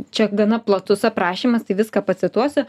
čia gana platus aprašymas tai viską pacituosiu